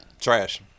trash